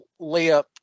layup